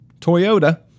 Toyota